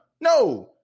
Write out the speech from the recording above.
No